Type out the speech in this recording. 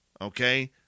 okay